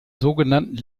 sogenannten